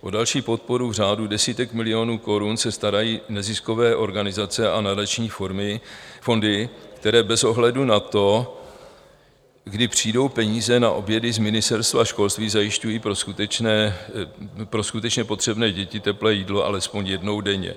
O další podporu v řádu desítek milionů korun se starají neziskové organizace a nadační fondy, které bez ohledu na to, kdy přijdou peníze na obědy z Ministerstva školství, zajišťují pro skutečně potřebné děti teplé jídlo alespoň jednou denně.